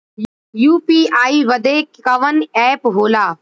UPI बदे कवन app होला?